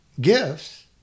gifts